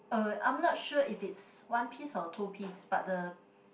uh I'm not sure if it's one piece or two piece but the